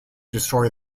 destroy